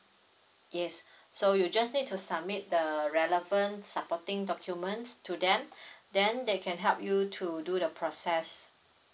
yes so you just need to submit the relevant supporting documents to them then they can help you to do the process